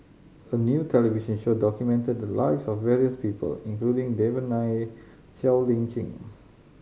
a new television show documented the lives of various people including Devan Nair Siow Lee Chin